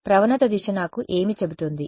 ప్రవణత దిశ నాకు ఏమి చెబుతుంది